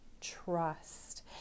trust